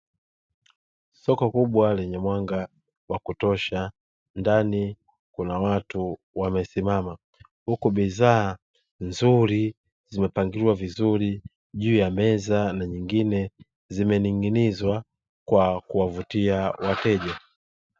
Soko kubwa lenye mwanga wa kutosha. Ndani kuna watu wamesimama. Huku bidhaa nzuri zimepangiliwa vizuri juu ya meza na nyingine zimening'inizwa kwa kuwavutia wateja.